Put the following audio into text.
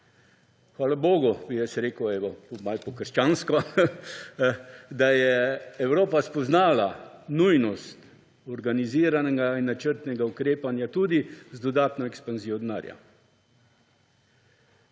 Hvala bogu, bi jaz rekel malo po krščansko, da je Evropa spoznala nujnost organiziranega in načrtnega ukrepanja tudi z dodatno ekspanzijo denarja.